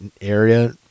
area